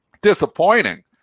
disappointing